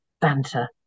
banter